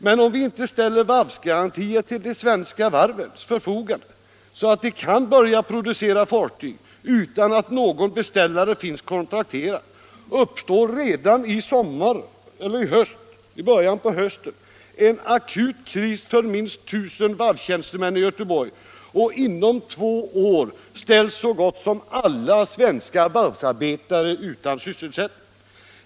Men om vi inte ställer varvsgarantier till de svenska varvens förfogande, så att de kan börja producera fartyg utan att någon beställare finns kontrakterad, uppstår redan i sommar eller i början på hösten en akut kris för minst 1000 varvstjänstemän i Göteborg, och inom två år ställs så gott som alla svenska varvsarbetare utan sysselsättning.